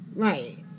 Right